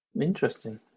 Interesting